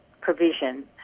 provision